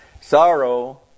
Sorrow